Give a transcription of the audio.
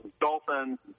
dolphins